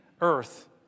earth